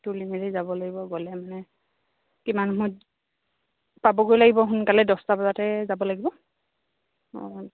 তুলি মেলি যাব লাগিব গ'লে মানে কিমান সময়ত পাবগৈ লাগিব সোনকালে দহটা বজাতে যাব লাগিব অঁ